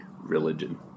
religion